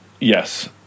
yes